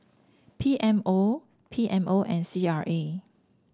P M O P M O and C R A